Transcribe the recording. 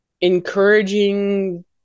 encouraging